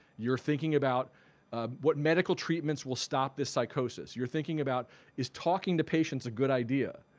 you're thinking about what medical treatments will stop this psychosis. you're thinking about is talking to patients a good idea?